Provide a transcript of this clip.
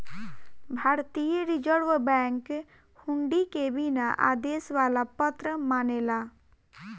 भारतीय reserve bank हुंडी के बिना आदेश वाला पत्र मानेला